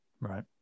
Right